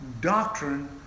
doctrine